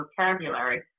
vocabulary